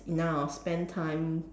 enough spend time